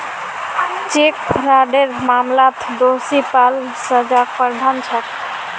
cheque फ्रॉडेर मामलात दोषी पा ल सजार प्रावधान छेक